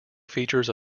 featured